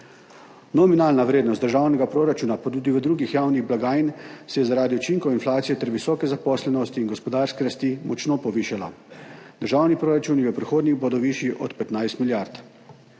Nominalna vrednost državnega proračuna pa tudi v drugih javnih blagajn se je zaradi učinkov inflacije ter visoke zaposlenosti in gospodarske rasti močno povišala, državni proračuni v prihodnje bodo višji od 15 milijard.